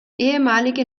ehemalige